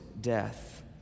death